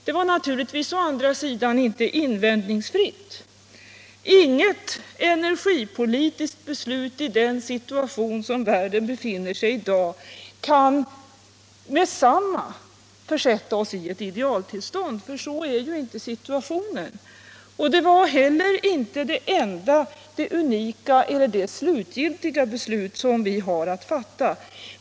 Det var naturligtvis å andra sidan inte invändningsfritt. Inget energipolitiskt beslut kan — i den situation som världen i dag befinner sig i — omedelbart försätta oss i ett idealtillstånd. Ty så är ju inte situationen! Det var heller inte det enda, det unika eller det slutgiltiga beslut som vi har att fatta.